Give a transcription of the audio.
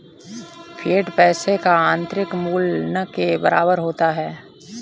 fiat पैसे का आंतरिक मूल्य न के बराबर होता है